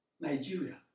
Nigeria